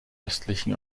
östlichen